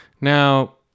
Now